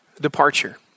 departure